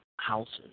houses